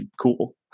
cool